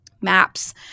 maps